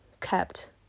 kept